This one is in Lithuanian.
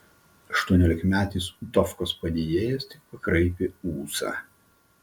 aštuoniolikmetis utovkos padėjėjas tik pakraipė ūsą